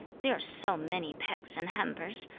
they are so many pecks and hampers,